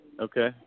Okay